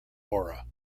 aura